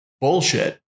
bullshit